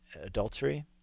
adultery